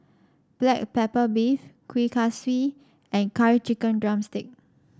Black Pepper Beef Kuih Kaswi and Curry Chicken drumstick